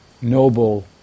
noble